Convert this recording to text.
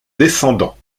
descendant